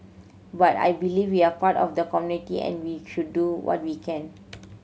but I believe we are part of the community and we should do what we can